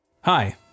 Hi